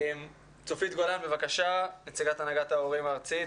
צופית גולן, בבקשה, נציגת הנהגת ההורים הארצית.